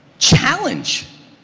challenge.